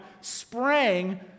sprang